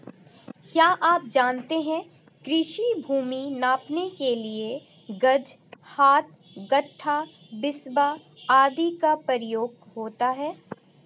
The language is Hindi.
क्या आप जानते है कृषि भूमि नापने के लिए गज, हाथ, गट्ठा, बिस्बा आदि का प्रयोग होता है?